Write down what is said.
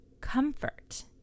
comfort